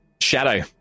Shadow